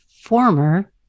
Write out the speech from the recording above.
former